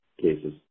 cases